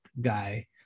guy